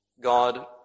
God